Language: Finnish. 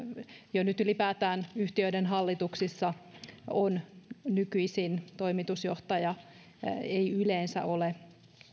jo nyt ylipäätään yhtiöiden hallituksissa on nykyisin toimitusjohtaja ei yleensä ole